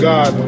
God